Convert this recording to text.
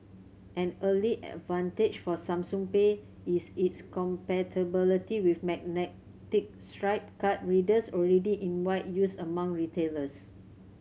an early advantage for Samsung Pay is its compatibility with magnetic stripe card readers already in wide use among retailers